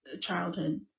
childhood